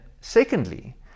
secondly